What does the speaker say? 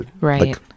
right